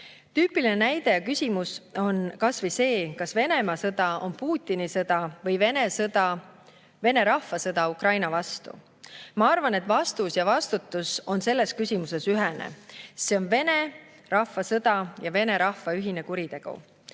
Tüüpiline näide ja küsimus on kas või see, kas Venemaa sõda on Putini sõda või Vene rahva sõda Ukraina vastu. Ma arvan, et vastus ja vastutus on selles küsimuses ühene. See on Vene rahva sõda ja Vene rahva ühine kuritegu.